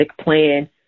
plan